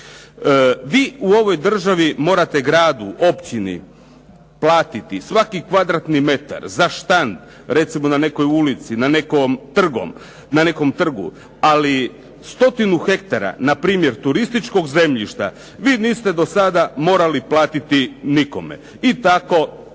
Vi u ovoj državi morate gradu, općini platiti svaki kvadratni metar za štand, recimo na nekoj ulici, na nekom trgu ali stotinu hektara na primjer turističkog zemljišta vi niste do sada morali platiti nikome i tako 15